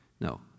No